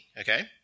okay